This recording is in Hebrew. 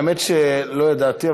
האמת שלא ידעתי,